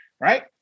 right